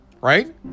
right